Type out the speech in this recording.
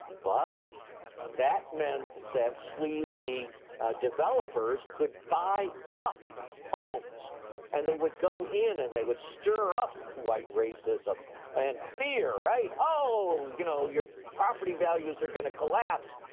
but that meant that sleazy developers could buy up homes and they would go in and they would stir up white racism and fear. oh, you know your property values are going to collapse.